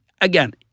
again